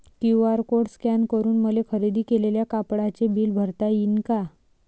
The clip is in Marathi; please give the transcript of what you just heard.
क्यू.आर कोड स्कॅन करून मले खरेदी केलेल्या कापडाचे बिल भरता यीन का?